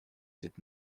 did